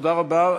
תודה רבה.